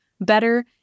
better